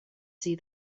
see